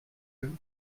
eux